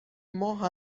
ماه